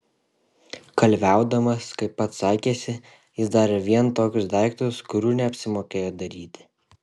kalviaudamas kaip pats sakėsi jis darė vien tokius daiktus kurių neapsimokėjo daryti